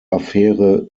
affäre